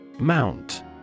Mount